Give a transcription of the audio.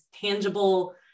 tangible